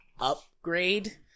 upgrade